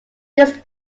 this